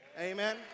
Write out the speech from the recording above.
Amen